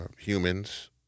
humans